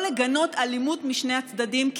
לא לגנות אלימות משני הצדדים,